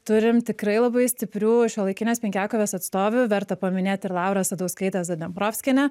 turim tikrai labai stiprių šiuolaikinės penkiakovės atstovių verta paminėt ir laurą asadauskaitę zadneprovskienę